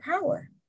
power